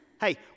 Hey